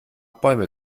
bäume